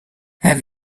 have